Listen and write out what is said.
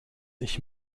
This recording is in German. ich